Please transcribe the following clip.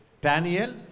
Daniel